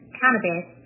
cannabis